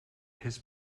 his